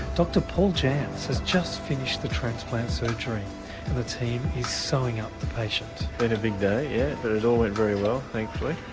dr paul janz has just finished the transplant surgery and the team is sewing up the patient. it's been a big day yeah, but it all went very well thankfully,